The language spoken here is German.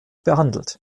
behandelt